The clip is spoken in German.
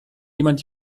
jemand